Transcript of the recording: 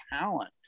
talent